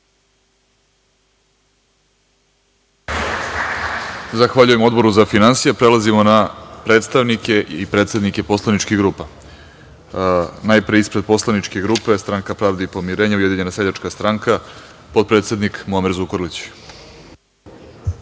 Zahvaljujem, Odboru za finansije. Prelazimo na predstavnike i predsednike poslaničkih grupa. Najpre, ispred poslaničke grupe Stranka pravde i pomirenja, Ujedinjena seljačka stranka, potpredsednik Muamer Zukorlić.